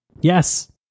Yes